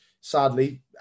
sadly